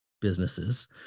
businesses